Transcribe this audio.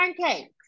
pancakes